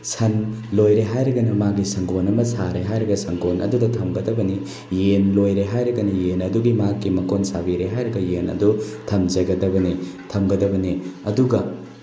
ꯁꯟ ꯂꯣꯏꯔꯦ ꯍꯥꯏꯔꯒꯅ ꯃꯥꯒꯤ ꯁꯪꯒꯣꯟ ꯑꯃ ꯁꯥꯔꯦ ꯍꯥꯏꯔꯒ ꯁꯪꯒꯣꯟ ꯑꯗꯨꯗ ꯊꯝꯕꯒꯗꯕꯅꯤ ꯌꯦꯟ ꯂꯣꯏꯔꯦ ꯍꯥꯏꯔꯒꯅ ꯌꯦꯟ ꯑꯗꯨꯒꯤ ꯃꯍꯥꯛꯀꯤ ꯃꯀꯣꯟ ꯁꯥꯕꯤꯔꯦ ꯍꯥꯏꯔꯒ ꯌꯦꯟ ꯑꯗꯨ ꯊꯝꯖꯒꯗꯕꯅꯤ ꯊꯝꯒꯗꯕꯅꯤ ꯑꯗꯨꯒ